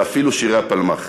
ואפילו שירי הפלמ"ח.